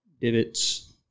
divots